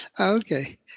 Okay